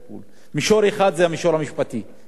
אני חושב שאנחנו בכנסת החמרנו בענישה,